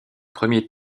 premier